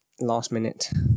last-minute